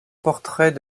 portrait